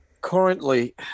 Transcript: currently